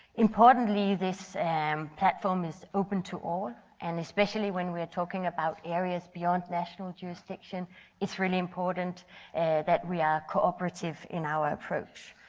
importantly this and platform is open to all and especially when we are talking about areas beyond national jurisdiction it is really important that we are cooperative in our approach.